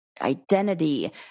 identity